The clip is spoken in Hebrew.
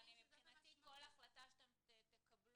זוכרת שאתם באתם וביקשתם שבשביל שתתקינו